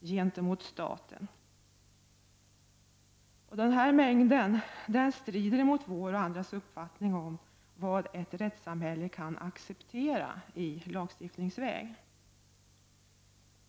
gentemot staten strider mot vår och andras uppfattning om vad ett rättssamhälle kan acceptera i lagstiftningsväg.